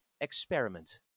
experiment